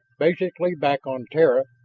basically, back on terra,